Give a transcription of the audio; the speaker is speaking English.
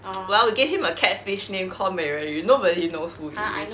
well we gave him a catfish name call 美人鱼 nobody knows who he is